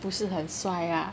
不是很帅呀